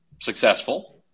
successful